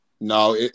No